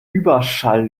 überschall